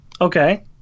Okay